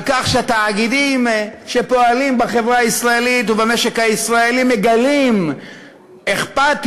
על כך שהתאגידים שפועלים בחברה הישראלית ובמשק הישראלי מגלים אכפתיות,